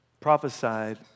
prophesied